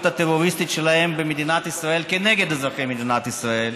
הטרוריסטית שלהם במדינת ישראל כנגד אזרחי מדינת ישראל